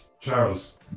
Charles